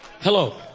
Hello